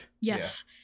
Yes